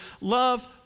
love